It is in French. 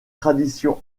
tradition